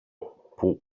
που